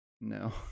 No